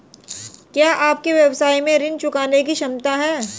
क्या आपके व्यवसाय में ऋण चुकाने की क्षमता है?